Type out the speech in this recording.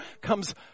comes